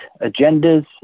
agendas